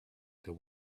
there